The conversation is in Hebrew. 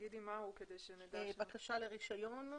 בתקנות 1 ו-1 לתקנות הפיקוח על בתי ספר (בקשה לרישיון),